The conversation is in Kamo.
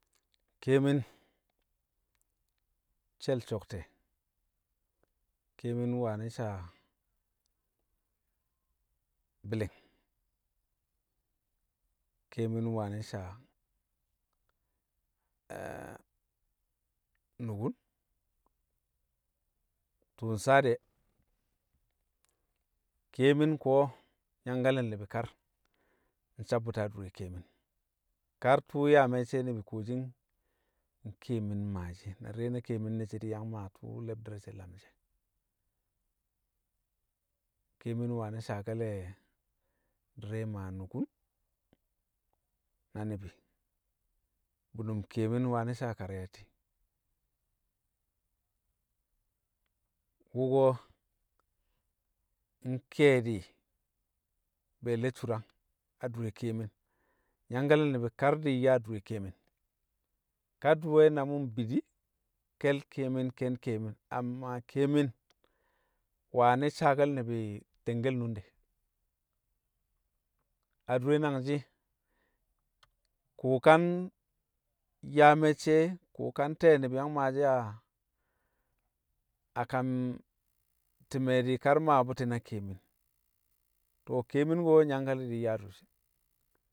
keemin nshe̱l so̱kte̱, keemin wani̱ saa bi̱li̱n, keemin wani̱ saa nukun. Tṵṵ nsaa de̱, keemin ko̱ nyangkale̱ le̱ ni̱bi̱ kar di̱ nsabbṵti̱ adure keemin, kar tṵṵ yaa me̱cce̱ ni̱bi̱ kuwoshi nkeemin maashi̱ e̱, na di̱re̱ na keemin ne̱ she̱ di̱ yang maa tṵṵ le̱bdi̱r re̱ she̱ lamshi̱ e̱. Keemin wani̱ saake̱le̱ di̱re̱ maa nukun, na ni̱bi̱, bu̱nṵm keemin wani saa karayatti̱. Wṵko̱ nke̱e̱di̱ be̱e̱le̱ curang adure keemin, nyangkale̱l ni̱bi̱ kar di̱ nyaa adure keemin. Kadi̱we̱ na mṵ mbi di̱, ke̱n keemin, ke̱n keemin. Amma keemin wani̱ saake̱l ni̱bi̱ tengkel nunde, adure nangshi̱, ko ka nyaa me̱cce̱ ko ka nte̱e̱ ni̱bi̱ yang maashi̱ a- a kam ti̱me̱ di̱ kar maa bṵti̱ na keemin. To̱ keemin ko̱ nyangkale̱ di̱ nyaa durshin